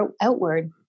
outward